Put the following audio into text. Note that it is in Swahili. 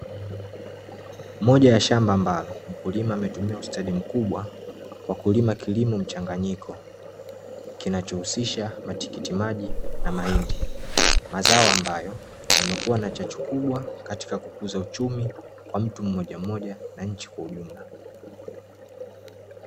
Moja ya shamba ambalo, mkulima ametumia ustadi mkubwa, kwa kulima kilimo mchanganyiko, kinachohusisha matikiti maji na mahindi. Mazao ambayo yamekua na chachu kubwa , katika kukuza uchumi, kwa mtu mmoja mmoja na nchi kwa ujumla.